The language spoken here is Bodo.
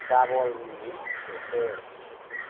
दाबलनि बोथोर